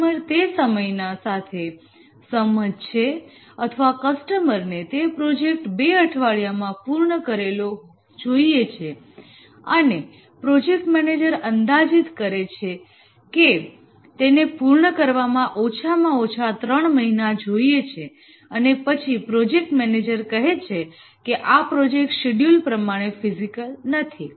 customer તે સમય સાથે સંમત છે અથવા કસ્ટમરને તે પ્રોજેક્ટ 2 અઠવાડિયામાં પૂર્ણ કરેલો જોઈએ છે અને પ્રોજેક્ટ મેનેજર અંદાજિત કરે છે કે તેને પૂર્ણ કરવા ઓછામાં ઓછા 3 મહિના જોઈએ છે અને પછી પ્રોજેક્ટ મેનેજર કહે છે કે આ પ્રોજેક્ટ શિડ્યુલ પ્રમાણે ફિઝિબલ નથી